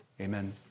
Amen